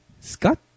Scott